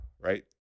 right